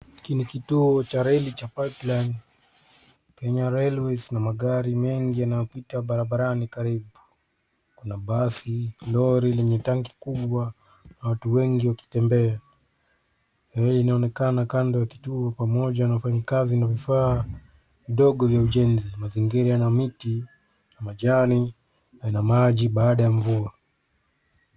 Hiki ni kituo cha reli cha pipeline, kenya Railways na magari mengi yanayopita barabarani karibu. Kuna basi, lori lenye tanki kubwa na watu wengi wakitembea. Hili linaonekana kando ya kituo pamoja na wafanyikazi na vifaa vidogo vya ujenzi. Mazingira na miti ya majani na ina maji baada ya mvua.